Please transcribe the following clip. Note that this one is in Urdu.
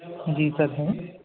جی سر ہیں